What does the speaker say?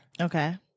Okay